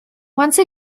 once